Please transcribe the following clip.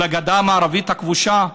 לגדה המערבית הכבושה?